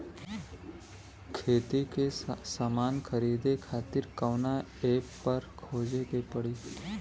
खेती के समान खरीदे खातिर कवना ऐपपर खोजे के पड़ी?